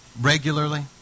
regularly